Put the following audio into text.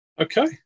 okay